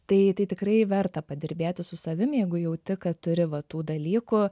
tai tai tikrai verta padirbėti su savim jeigu jauti kad turi va tų dalykų